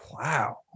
wow